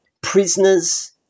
prisoners